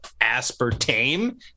aspartame